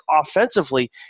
offensively